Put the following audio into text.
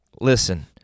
Listen